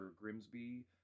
Grimsby